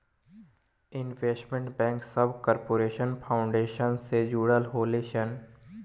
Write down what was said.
investment bank सभ corporate finance से जुड़ल होले सन